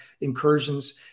incursions